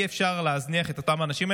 אי-אפשר להזניח את אותם האנשים,